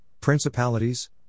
principalities